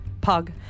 Pug